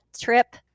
trip